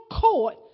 court